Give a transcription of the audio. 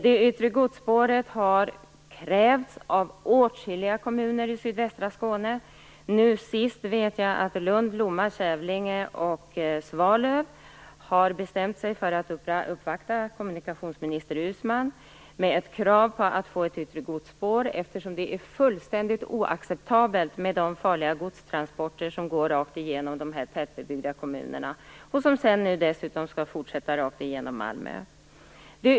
Det yttre godsspåret har krävts av åtskilliga kommuner i sydvästra Skåne. Nu sist vet jag att Lunds, Lomma, Kävlinge och Svalövs kommun har bestämt sig för att uppvakta kommunikationsminister Uusmann med ett krav på att få ett yttre godsspår, eftersom det är fullständigt oacceptabelt med de farliga godstransporter som går rakt igenom dessa tätbebyggda kommuner och som dessutom skall fortsätta rakt igenom Malmö.